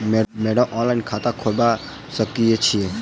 Madam online खाता खोलबा सकलिये छीयै?